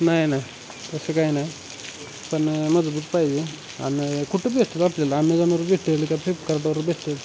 नाही नाही तसं काय नाही पण मजबूत पाहिजे आणि कुठे भेटेल आपल्याला अमेझॉनवर भेटेल का फ्लिपकार्टवर भेटेल